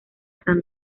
san